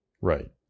right